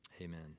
Amen